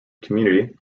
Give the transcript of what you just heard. community